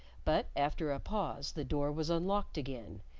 but after a pause the door was unlocked again,